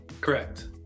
correct